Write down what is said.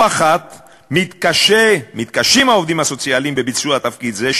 לא אחת מתקשים העובדים הסוציאליים בביצוע תפקיד זה,